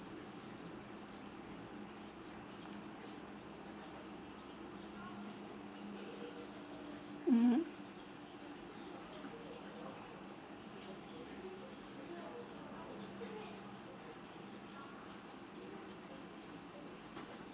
mmhmm